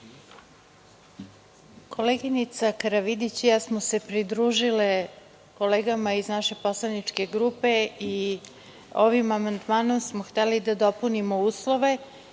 Koleginica Karavidić i ja smo se pridružile kolegama iz naše poslaničke grupe i ovim amandmanom smo hteli da dopunimo uslove. Naime,